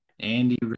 Andy